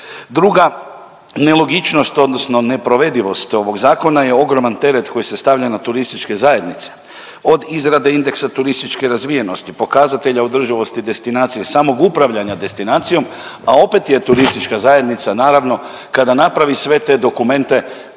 Druga nelogičnost odnosno neprovedivost ovog zakona je ogroman teret koji se stavlja na turističke zajednice od izrade indeksa turističke razvijenosti, pokazatelja održivosti destinacija i samog upravljanja destinacijom, a opet je turistička zajednica naravno kada napravi sve te dokumente,